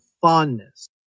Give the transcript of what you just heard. fondness